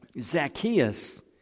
Zacchaeus